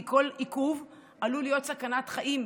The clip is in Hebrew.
כי כל עיכוב עלול להיות סכנת חיים.